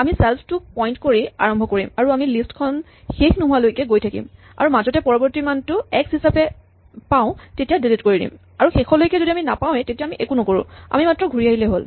আমি চেল্ফ টোক পইন্ট কৰি আৰম্ভ কৰিম আৰু আমি লিষ্ট খন শেষ নোহোৱালৈকে গৈ থাকিম আৰু মাজতে পৰৱৰ্তী মানটো এক্স হিচাপে পাওঁ তেতিয়া ডিলিট কৰি দিম আৰু শেষলৈকে যদি আমি নাপাওৱেই তেতিয়া আমি একো নকৰো আমি মাত্ৰ ঘূৰি আহিলেই হ'ল